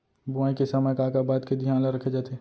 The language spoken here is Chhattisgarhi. बुआई के समय का का बात के धियान ल रखे जाथे?